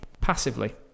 passively